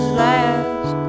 last